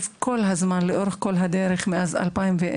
לאורך כל הדרך, משנת 2010,